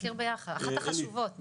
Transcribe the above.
נכיר ביחד, אחת החשובות.